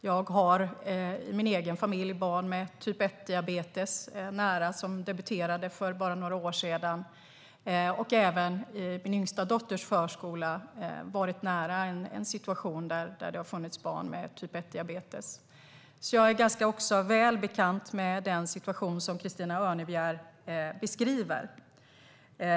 Jag har i min egen nära familj barn med typ 1-diabetes som debuterade för bara några år sedan, och jag har även på min yngsta dotters förskola varit nära en situation med barn med typ 1-diabetes. Jag är alltså ganska väl bekant med den situation som Christina Örnebjär beskriver.